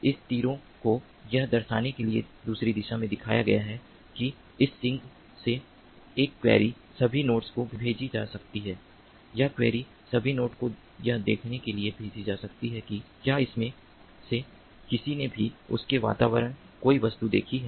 इन तीरों को यह दर्शाने के लिए दूसरी दिशा में दिखाया गया है कि इस सिंक से एक क्वेरी सभी नोड्स को भेजी जा सकती है यह क्वेरी सभी नोड्स को यह देखने के लिए भेजी जा सकती है कि क्या उनमें से किसी ने भी उनके आसपास कोई वस्तु देखी है